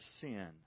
sin